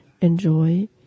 enjoy